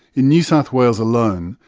in new south wales alone,